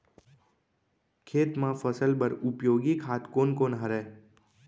खेत म फसल बर उपयोगी खाद कोन कोन हरय?